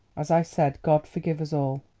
as i said, god forgive us all!